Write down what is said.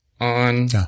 On